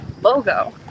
logo